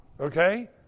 Okay